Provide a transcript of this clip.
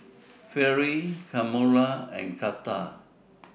Vere Kamora and Carter